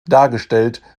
dargestellt